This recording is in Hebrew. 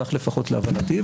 כך לפחות להבנתי,